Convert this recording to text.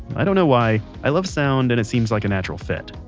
i don't know why, i love sound and it seems like a natural fit.